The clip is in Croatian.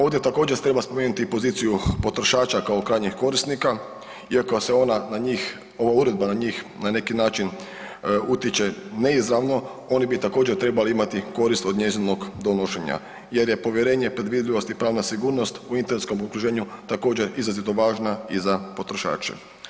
Ovdje također treba spomenuti i poziciju potrošača kao krajnjeg korisnika iako se ona na njih, ova uredba na njih na neki način utječe neizravno, oni bi također trebali imati korist od njezina donošenja jer je povjerenje, predvidljivost i pravna sigurnost u internetskom okruženju također izrazito važna i za potrošače.